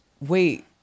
Wait